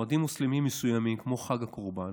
במועדים מוסלמיים מסוימים כמו חג הקורבן,